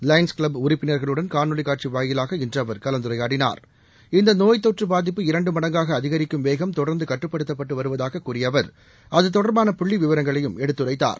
lines Club உறுப்பினர்களுடன் காணொலி காட்சி வாயிலாக இன்று அவர் கலந்துரையாடினார் இந்த நோய் தொற்று பாதிப்பு இரண்டு மடங்காக அதிகிி்கும் வேகம் தொடர்ந்து கட்டுப்படுத்தப்பட்டு வருவதாகக் கூறிய அவர் அது தொடர்பான புள்ளி விவரங்களையும் எடுத்துரைத்தார்